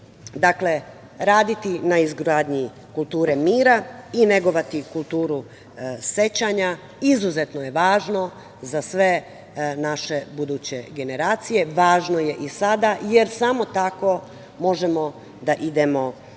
raditi na izgradnji kulture mira i negovati kulturu sećanja izuzetno je važno za sve naše buduće generacije. Važno je i sada, jer samo tako možemo da idemo napred.